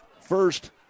first